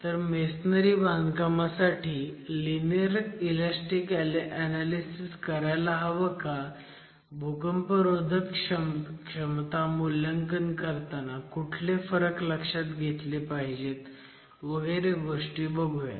तर मेसनरी बांधकामासाठी linear elastic analysis करायला हवं का भूकंपरोधक क्षमता मूल्यांकन करताना कुठले फरक लक्षात घेतले पाहिजेत वगैरे गोष्टी बघुयात